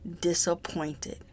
disappointed